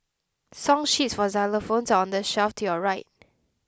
song sheets for xylophones are on the shelf to your right